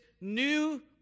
new